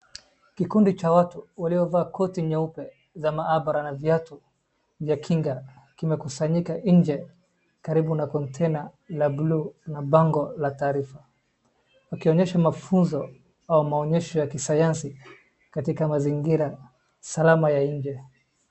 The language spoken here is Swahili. Kikundi cha watu waliovaa koti nyeupe za maabara na viatu vya kinga kimekusanyika nje karibu na kontena la buluu na bango la taarifa, wakionyeshwa mafunzo au maonyesho ya kisayansi katika mazingira salama ya nje.